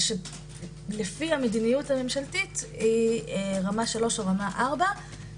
שלפי המדיניות הממשלתית היא רמה 3 או 4 ומעלה